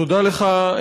תודה לך,